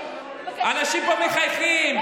אנשים פה מחייכים,